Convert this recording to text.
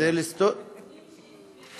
זה לא נתונים סטטיסטיים לצורך,